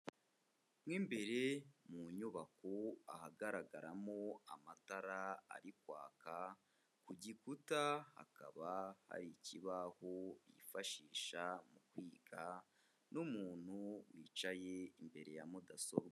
Mo imbere mu nyubako ahagaragaramo amatara ari kwaka, ku gikuta hakaba hari ikibaho bifashisha biga n'umuntu wicaye imbere ya mudasobwa.